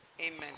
Amen